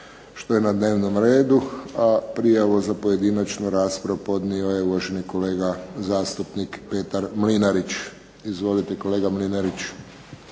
što je na dnevnom redu. A prijavu za pojedinačnu raspravu podnio je uvaženi kolega zastupnik Petar Mlinarić. Izvolite kolega Mlinarić.